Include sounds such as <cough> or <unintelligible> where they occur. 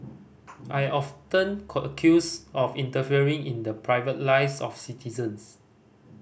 I often <unintelligible> accused of interfering in the private lives of citizens